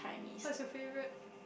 what's your favourite